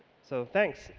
so thanks.